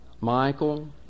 Michael